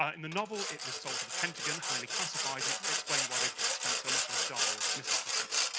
ah in the novel, it was sold to the pentagon, highly classified, and it explained why they spent so much on star wars missile defence